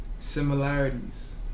Similarities